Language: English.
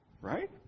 right